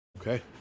Okay